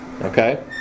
Okay